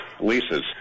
leases